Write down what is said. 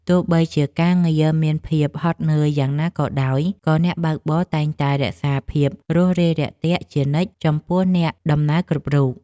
ទោះបីជាការងារមានភាពហត់នឿយយ៉ាងណាក៏ដោយក៏អ្នកបើកបរតែងតែរក្សាភាពរួសរាយរាក់ទាក់ជានិច្ចចំពោះអ្នកដំណើរគ្រប់រូប។